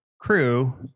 crew